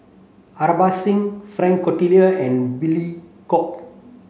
Singh Frank Cloutier and Billy Koh